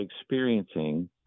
experiencing